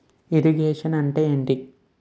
Irrigation అంటే ఏంటీ?